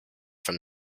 from